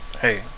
Hey